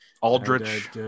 Aldrich